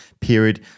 period